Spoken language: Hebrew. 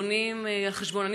בונים על חשבון,